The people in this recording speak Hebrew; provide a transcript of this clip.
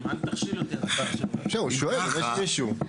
5 נמנעים,